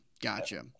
gotcha